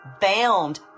bound